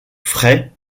frais